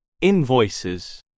Invoices